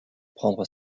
prendre